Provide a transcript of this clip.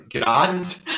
grand